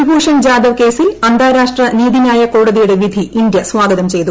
കൂൽഭൂഷൺ ജാദവ് കേസിൽ അന്താരാഷ്ട്ര നീതിന്യായ കോടതിയുടെ വിധി ഇന്ത്യ സ്വാഗതം ചെയ്തു